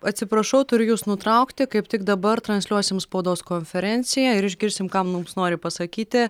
atsiprašau turiu jus nutraukti kaip tik dabar transliuosim spaudos konferenciją ir išgirsim ką mums nori pasakyti